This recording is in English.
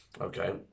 Okay